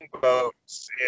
boats